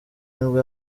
nibwo